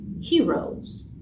heroes